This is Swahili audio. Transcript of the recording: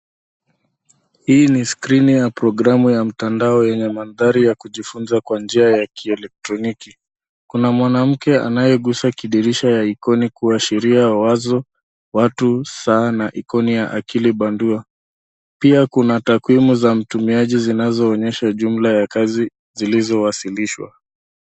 Hii ni skrini ya programu ya mtandao yenye mandhari ya kujifunza kwa njia ya kielekitroniki, kuna mwanamke anayegusa kidirisha ya ikoni kuashiria wazo, watu, saa na ikoni ya akili bandia pia kuna takrimu za mtumiaji zinazoonyesha jumla ya kazi zilizowasilishwa.